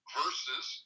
versus